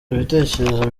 ibitekerezo